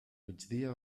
migdia